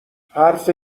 حرف